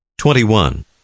Twenty-one